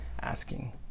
asking